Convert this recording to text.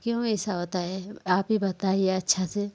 क्यों ऐसा होता है आप ही बताइए अच्छा से